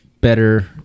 better